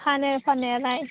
फानो फाननायालाय